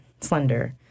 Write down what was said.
slender